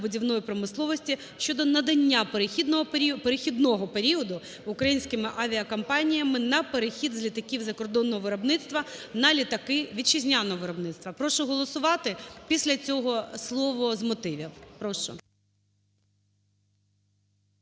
літакобудівної промисловості" щодо надання перехідного періоду українським авіакомпаніям на перехід з літаків закордонного виробництва на літаки вітчизняного виробництва. Прошу голосувати. Після цього слово з мотивів.